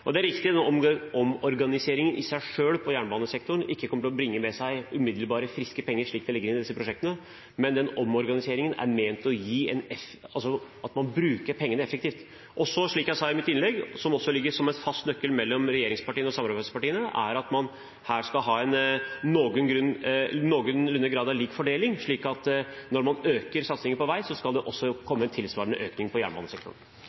ned. Det er riktig at omorganisering i jernbanesektoren i seg selv ikke umiddelbart kommer til å bringe med seg friske penger, slik det ligger i disse prosjektene. Men denne omorganiseringen er ment på den måten at man bruker pengene effektivt. Som jeg sa i mitt innlegg, det som ligger som en fast nøkkel mellom regjeringspartiene og samarbeidspartiene, er at man her skal ha en noenlunde lik fordeling, slik at når man øker satsingen på vei, skal det også komme en tilsvarende økning i jernbanesektoren.